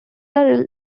are